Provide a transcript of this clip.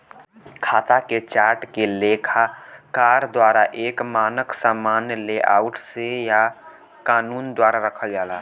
खाता के चार्ट के लेखाकार द्वारा एक मानक सामान्य लेआउट से या कानून द्वारा रखल जाला